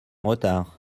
retard